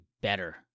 better